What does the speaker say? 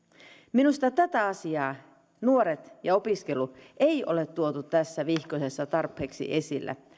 minusta tätä asiaa nuoria ja opiskelua ei ole tuotu tässä vihkosessa tarpeeksi esille